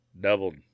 doubled